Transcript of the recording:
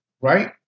Right